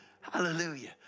Hallelujah